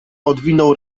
odwinął